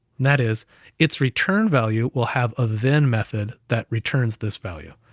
that is it's return value will have a then method that returns this value.